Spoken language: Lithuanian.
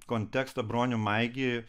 kontekstą bronių maigį